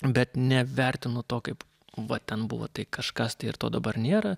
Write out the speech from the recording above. bet nevertinu to kaip va ten buvo tai kažkas tai ir to dabar nėra